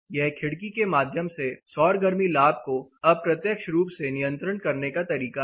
यह खिड़की के माध्यम से सौर गर्मी लाभ को अप्रत्यक्ष रूप से नियंत्रण करने का तरीका है